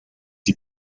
die